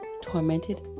tormented